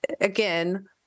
again